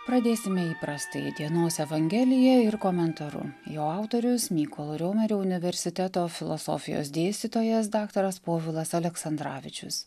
pradėsime įprastąjį dienos evangeliją ir komentaru jo autorius mykolo riomerio universiteto filosofijos dėstytojas daktaras povilas aleksandravičius